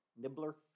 Nibbler